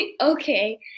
Okay